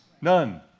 None